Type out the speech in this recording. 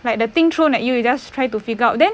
like the thing thrown at you you just try to figure out then